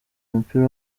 umupira